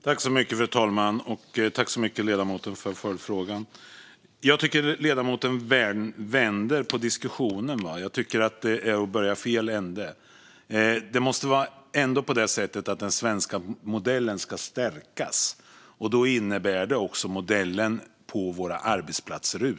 Fru talman! Tack så mycket, ledamoten, för följdfrågan! Jag tycker att ledamoten vänder på diskussionen. Jag tycker att det är att börja i fel ände. Det måste ändå vara så att den svenska modellen ska stärkas, och då handlar det också om modellen på våra arbetsplatser där ute.